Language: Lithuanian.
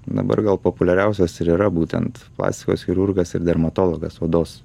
dabar gal populiariausios ir yra būtent plastikos chirurgas ir dermatologas odos